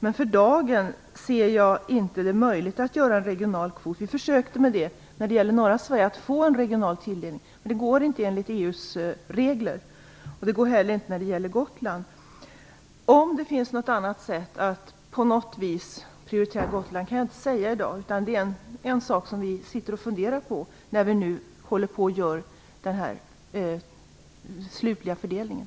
Men för dagen ser jag inte att det är möjligt att införa en regional kvot. Vi har försökt att få en regional tilldelning när det gäller norra Sverige, men det går inte enligt EU:s regler. Det går inte heller när det gäller Gotland. Om det finns något annat sätt att prioritera Gotland kan jag inte säga i dag, utan det är en sak som vi funderar på när vi nu genomför den slutliga fördelningen.